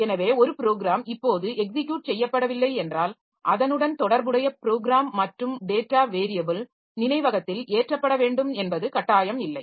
எனவே ஒரு ப்ரோக்ராம் இப்போது எக்ஸிக்யுட் செய்யபடவில்லை என்றால் அதனுடன் தொடர்புடைய ப்ரோக்ராம் மற்றும் டேட்டா வேரியபில் நினைவகத்தில் ஏற்றப்பட வேண்டும் என்பது கட்டாயமில்லை